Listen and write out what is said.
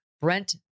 Brent